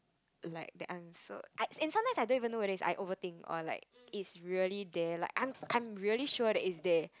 like that answer I and sometimes I don't even know whether is I overthink or like it's really there like I'm I'm really sure that it's there